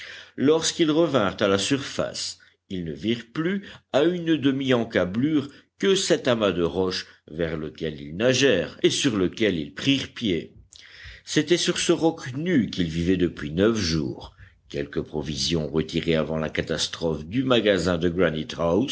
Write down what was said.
lorsqu'ils revinrent à la surface ils ne virent plus à une demiencablure que cet amas de roches vers lequel ils nagèrent et sur lequel ils prirent pied c'était sur ce roc nu qu'ils vivaient depuis neuf jours quelques provisions retirées avant la catastrophe du magasin de